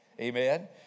Amen